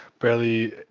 barely